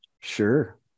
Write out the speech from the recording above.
Sure